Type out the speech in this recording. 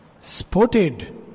spotted